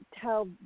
tell